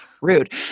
rude